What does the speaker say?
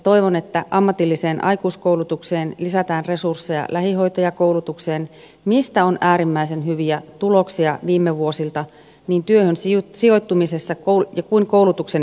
toivon että ammatilliseen aikuiskoulutukseen lisätään resursseja lähihoitajakoulutukseen mistä on äärimmäisen hyviä tuloksia viime vuosilta niin työhön sijoittumisessa kuin koulutuksen läpäisevyydessäkin